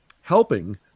helping